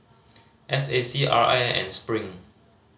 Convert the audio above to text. S A C R I and Spring